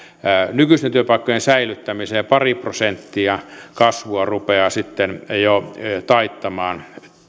nykyisten työpaikkojen säilyttämiseen ja pari prosenttia kasvua rupeaa sitten jo taittamaan